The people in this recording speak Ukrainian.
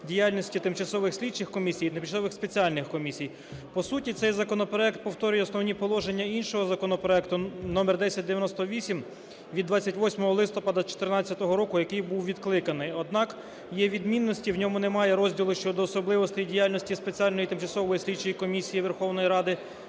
діяльності тимчасових слідчих комісій і тимчасових спеціальних комісій. По суті цей законопроект повторює основні положення іншого законопроекту № 1098 від 24 листопада 14-го року, який був відкликаний. Однак, є відмінності: у ньому немає розділу щодо особливостей діяльності Спеціальної тимчасової слідчої комісії Верховної Ради